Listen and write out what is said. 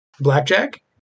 Blackjack